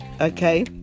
Okay